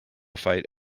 fight